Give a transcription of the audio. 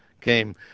came